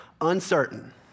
uncertain